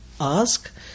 ask